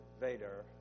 Vader